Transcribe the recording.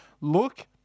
look